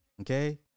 Okay